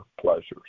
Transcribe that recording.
pleasures